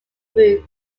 groups